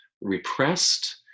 repressed